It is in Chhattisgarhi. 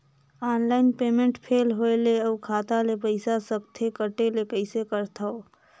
ऑनलाइन पेमेंट फेल होय ले अउ खाता ले पईसा सकथे कटे ले कइसे करथव?